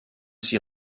s’y